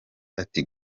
ati